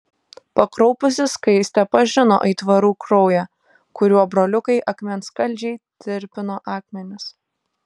pakraupusi skaistė pažino aitvarų kraują kuriuo broliukai akmenskaldžiai tirpino akmenis